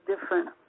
different